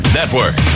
Network